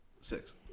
Six